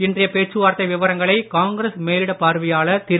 இன்றைய பேச்சுவார்த்தை விவரங்களை காங்கிரஸ் மேலிடப் பார்வையாளர் திரு